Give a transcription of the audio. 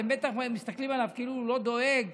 אתם בטח מסתכלים עליו כאילו הוא לא דואג